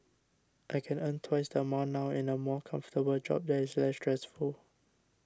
I can earn twice the amount now in a more comfortable job that is less stressful